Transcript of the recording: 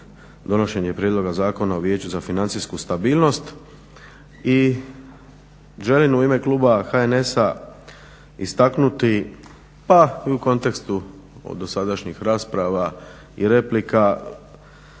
donošenje Prijedloga zakona o Vijeću za financijsku stabilnost. I želim u ime kluba HNS-a istaknuti, pa i u kontekstu dosadašnjih rasprava i replika